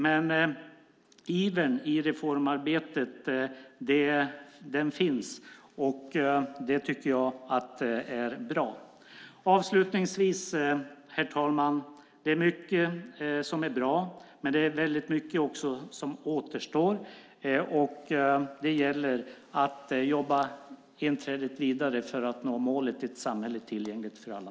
Men ivern i reformarbetet finns, och det tycker jag är bra. Avslutningsvis, herr talman: Det är mycket som är bra, men det är också mycket som återstår. Det gäller att jobba vidare enträget för att nå målet ett samhälle tillgängligt för alla.